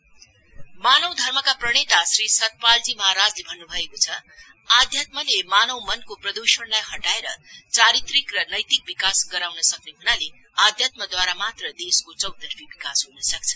स्तपाल महासव मानव धर्माका प्रेरणता श्री सतपालजी महाराजले भन्नभएको छ आध्यात्मले मानव मनको प्रदृषणलाई हटाएर चारित्रिक र नैतिक विकास गराउनु सक्ने हुनाले आध्यात्मद्वारा मात्र देशको चौतर्फी विकास हुनसक्छ